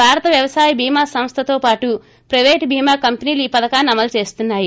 భారత వ్యవసాయ బీమా సంస్థతో పాటు పైవేటు బీమా కంపెనీలు ఈ పధకాన్ని అమలు చేస్తున్నాయి